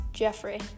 Jeffrey